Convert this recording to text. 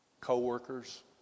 co-workers